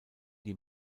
die